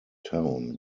town